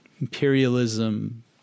imperialism